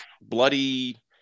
bloody